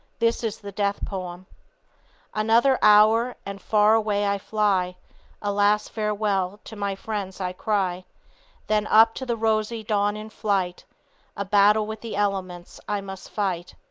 this is the death poem another hour and far away i fly a last farewell to my friends i cry then up to the rosy dawn in flight a battle with the elements i must fight.